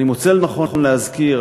אני מוצא לנכון להזכיר,